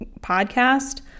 podcast